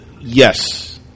yes